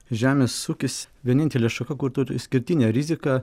žemės ūkis vienintelė šaka kur turi išskirtinę riziką